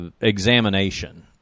examination